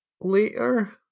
later